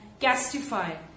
Castify